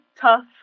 tough